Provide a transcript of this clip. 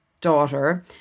daughter